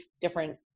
different